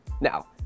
Now